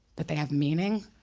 that they have meaning?